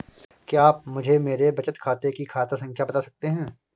क्या आप मुझे मेरे बचत खाते की खाता संख्या बता सकते हैं?